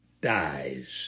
dies